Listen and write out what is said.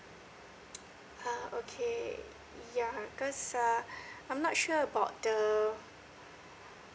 err okay yeah cause err I'm not sure about the